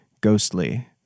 ghostly